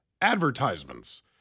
advertisements